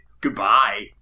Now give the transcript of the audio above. goodbye